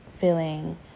feeling